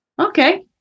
okay